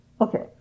Okay